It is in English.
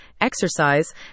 exercise